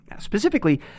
Specifically